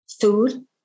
food